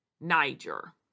Niger